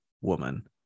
woman